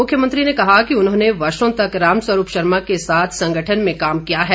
मुख्यमंत्री ने कहा कि उन्होंने वर्षों तक रामस्वरूप शर्मा के साथ संगठन में काम किया है